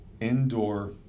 indoor